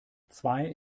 zwei